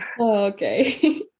Okay